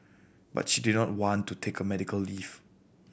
but she did not want to take medical leave